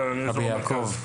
רבי יעקב,